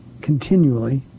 continually